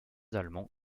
allemand